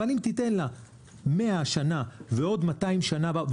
תן לה 100 השנה ועוד 200 בשנה הבאה.